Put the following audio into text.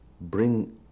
bring